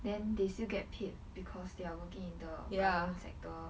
then they still get paid because they are working in the government sector